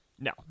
No